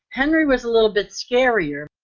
henry was a little bit scarier